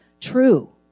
true